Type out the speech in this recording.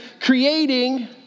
creating